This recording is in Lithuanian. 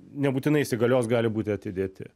nebūtinai įsigalios gali būti atidėti